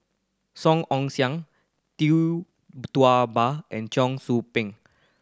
Song Ong Siang Tee Ba and Cheong Soo Pieng